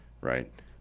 Right